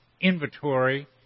inventory